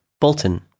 bolton